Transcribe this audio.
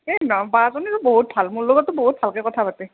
এই বাজনীতো বহুত ভাল মোৰ লগততো বহুত ভালকৈ কথা পাতে